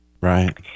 Right